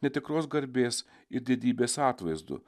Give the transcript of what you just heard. netikros garbės ir didybės atvaizdu